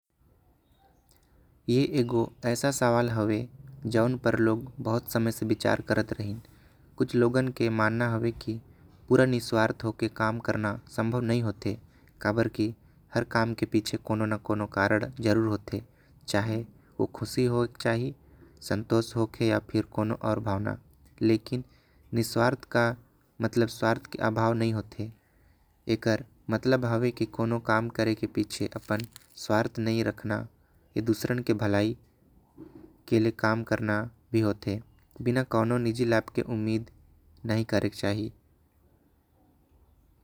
ए एगो ऐसा सवाल होवे जॉन पर लोग बहुत समय ले विचार करत। रहीन कुछ लोगान के मानना हैवे की पूरा निस्वार्थ होकर। काम करना संभव नई होते। काबर कि हर काम के पीछे कोनो न कोनो कारण जरूर होते। चाहे ओ खुशी होके चाहे संतोष होके चाहे कोनो और भावना लेकिन निस्वार्थ। के स्वार्थ के भाव नई होते एकर मतलब हैवे की कोनो काम करे। के पीछे अपन स्वार्थ नई रखना ए दूसरे के भलाई के लिए काम करना। भी होते बिना कोनो निजी लेब के उम्मीद नहीं करे ले चाही।